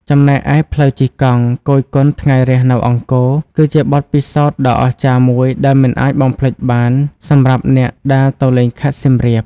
ចំណែកឯ ផ្លូវជិះកង់ គយគន់ថ្ងៃរះនៅអង្គរ គឺជាបទពិសោធន៍ដ៏អស្ចារ្យមួយដែលមិនអាចបំភ្លេចបានសម្រាប់អ្នកដែលទៅលេងខេត្តសៀមរាប។